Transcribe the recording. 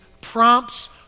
prompts